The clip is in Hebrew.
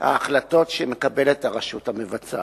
ההחלטות שמקבלת הרשות המבצעת.